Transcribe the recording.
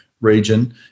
region